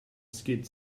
skid